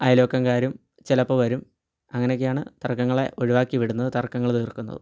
അയലുവക്കക്കാരും ചിലപ്പോൾ വരും അങ്ങനെക്കെയാണ് തർക്കങ്ങളെ ഒഴിവാക്കി വിടുന്നത് തർക്കങ്ങൾ തീർക്കുന്നതും